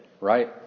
right